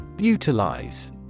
Utilize